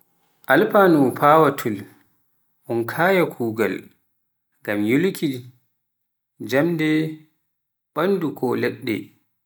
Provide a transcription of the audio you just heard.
alfano pawatol un kaaya kuugal ngam yuluuki jammde, banndu ko leɗɗe.